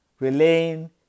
relaying